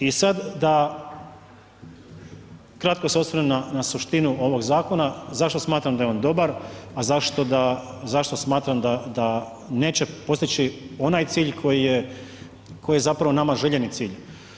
I sad da kratko se osvrnem na suštinu ovog zakona, zašto smatram da je on dobar, a zašto da, zašto smatram da neće postići onaj cilj koji je zapravo nama željeni cilj.